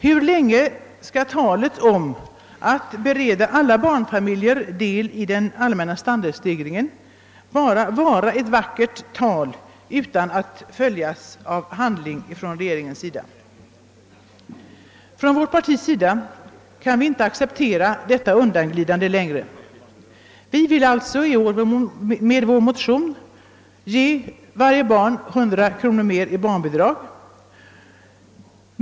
Hur länge skall talet om att bereda alla barnfamiljer del i den allmänna standardstegringen bara vara vackra ord utan åtföljande handling från regeringens sida? Från vårt parti kan vi icke acceptera detta undanglidande. Vi vill därför i år i vår motion ge 100 kronor mera per barn och år i allmänt barnbidrag.